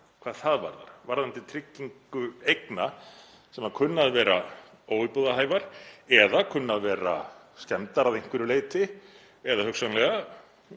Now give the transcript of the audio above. ríkisstjórnarinnar varðandi tryggingu eigna sem kunna að vera óíbúðarhæfar eða kunna að vera skemmdar að einhverju leyti eða hugsanlega